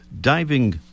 diving